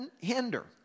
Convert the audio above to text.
hinder